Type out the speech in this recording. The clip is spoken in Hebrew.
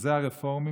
שזה הרפורמים,